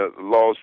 Laws